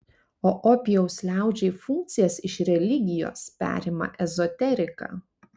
o opijaus liaudžiai funkcijas iš religijos perima ezoterika